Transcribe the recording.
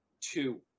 two